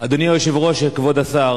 אדוני היושב-ראש, כבוד השר,